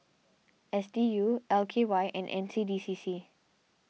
S D U L K Y and N C D C C